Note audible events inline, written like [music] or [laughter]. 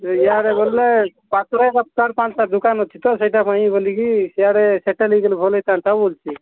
ଇୟାଡ଼େ ଗଲେ [unintelligible] ପାଞ୍ଚଟା ଦୋକାନ ଅଛି ତ ସେଇଟା ମୁଁ ବୋଲିକି ସିୟାଡ଼େ ସେଟା ନେଇ ଗଲେ ଭଲ ହେଇଥାନ୍ତା ବୋଲୁଛି